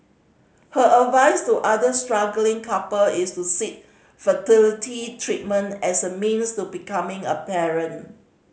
her advice to other struggling couple is to seek fertility treatment as a means to becoming a parent